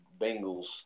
Bengals